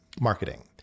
marketing